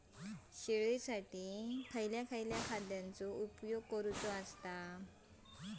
शेळीसाठी खयच्या खाद्यांचो उपयोग करायचो?